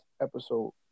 episode